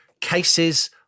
cases